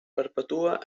perpetua